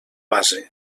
base